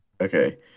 okay